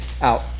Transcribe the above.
out